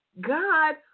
God